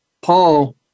Paul